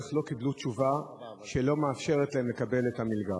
לא קיבל תשובה שלא מאפשרת להם לקבל את המלגה.